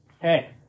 hey